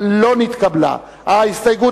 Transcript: ההסתייגות